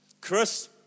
Chris